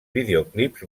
videoclips